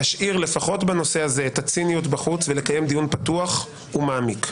להשאיר לפחות בנושא הזה את הציניות בחוץ ולקיים דיון פתוח ומעמיק.